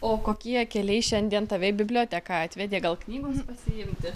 o kokie keliai šiandien tave į biblioteką atvedė gal knygos pasiimti